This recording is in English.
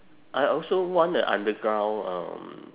I also want a underground um